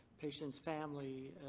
patient's family,